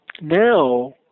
Now